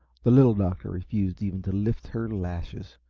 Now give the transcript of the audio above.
the little doctor refused even to lift her lashes,